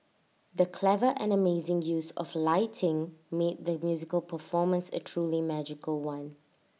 the clever and amazing use of lighting made the musical performance A truly magical one